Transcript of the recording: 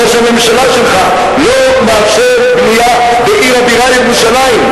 ראש הממשלה שלך לא מאפשר בנייה בעיר הבירה ירושלים.